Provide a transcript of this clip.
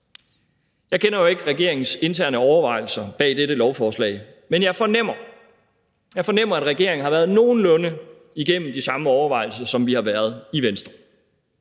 Jeg kender jo ikke regeringens interne overvejelser bag dette lovforslag, men jeg fornemmer, at regeringen har været nogenlunde igennem de samme overvejelser, som vi har været i Venstre.